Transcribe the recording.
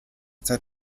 zeit